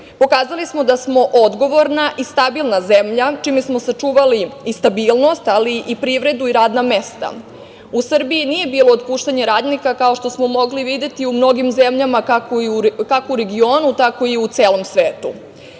Pokazali smo da smo odgovorna i stabilna zemlja čime smo sačuvali stabilnost, ali i privredu i radna mesta. U Srbiji nije bilo otpuštanja radnika kao što smo mogli videti u mnogim zemljama, kako u regionu, tako i u celom